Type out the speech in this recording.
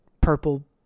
purple